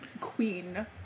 Queen